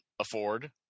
afford